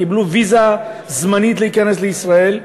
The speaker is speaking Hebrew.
קיבלו ויזה זמנית להיכנס לישראל,